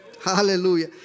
Hallelujah